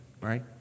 right